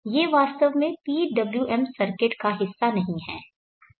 ये वास्तव में PWM सर्किट का हिस्सा नहीं हैं